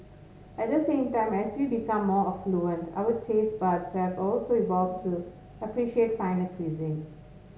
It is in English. at the same as we become more affluent our taste buds have also evolve to appreciate finer cuisine